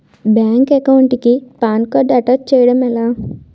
Bank account కి PAN card attach చేయడం ఎలా?